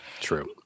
True